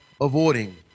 avoiding